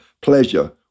pleasure